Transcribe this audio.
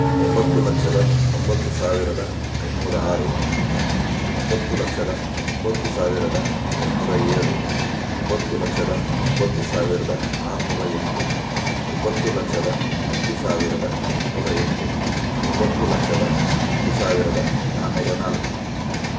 ಒಂಬತ್ತು ಲಕ್ಷದ ಒಂಬತ್ತು ಸಾವಿರದ ಐನೂರ ಆರು ಒಂಬತ್ತು ಲಕ್ಷದ ಒಂಬತ್ತು ಸಾವಿರದ ಐನೂರ ಏಳು ಒಂಬತ್ತು ಲಕ್ಷದ ಒಂಬತ್ತು ಸಾವಿರದ ಆರು ನೂರ ಎಂಟು ಒಂಬತ್ತು ಲಕ್ಷದ ಹತ್ತು ಸಾವಿರದ ಎಂಟು ನೂರ ಎಂಟು ಒಂಬತ್ತು ಲಕ್ಷದ ಹತ್ತು ಸಾವಿರದ ನಾಲ್ನೂರ ನಾಲ್ಕು